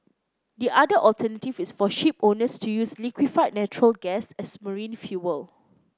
the other alternative is for shipowners to use liquefied natural gas as marine fuel